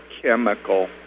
chemical